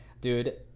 Dude